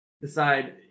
decide